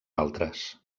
altres